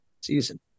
season